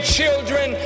children